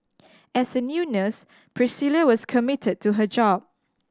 as a new nurse Priscilla was committed to her job